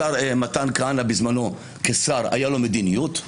השר מתן כהנא בזמנו כשר, הייתה לו מדיניות,